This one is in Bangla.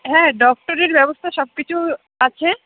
হ্যাঁ ডক্টরের ব্যবস্থা সব কিছু আছে